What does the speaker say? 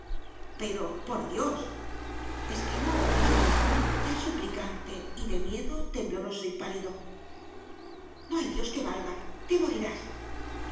pero por dios exclamó augusto ya suplicante y de miedo tembloroso y pálido no hay dios que valga te morirás